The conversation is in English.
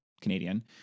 Canadian